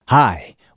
Hi